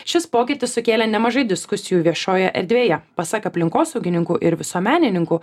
šis pokytis sukėlė nemažai diskusijų viešoje erdvėje pasak aplinkosaugininkų ir visuomenininkų